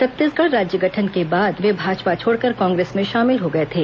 छत्तीसगढ़ राज्य गठन के बाद वे भाजपा छोड़कर कांग्रेस में शामिल हो गए थे